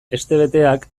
hestebeteak